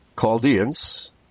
Chaldeans